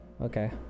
Okay